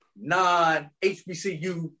non-HBCU